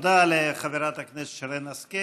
תודה לחברת הכנסת שרן השכל.